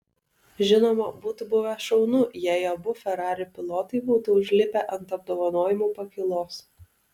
žinoma būtų buvę šaunu jei abu ferrari pilotai būtų užlipę ant apdovanojimų pakylos